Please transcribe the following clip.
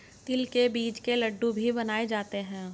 तिल के बीज के लड्डू भी बनाए जाते हैं